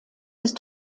ist